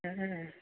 Om Om